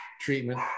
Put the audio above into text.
treatment